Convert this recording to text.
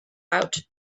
out